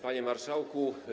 Panie Marszałku!